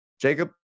Jacob